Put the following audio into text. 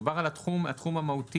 מדובר על התחום המהותי.